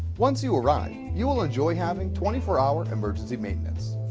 once you arrive you will enjoy having twenty four hour emergency maintenance.